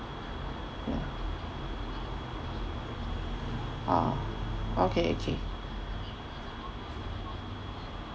ya ah okay okay